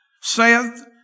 saith